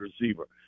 receiver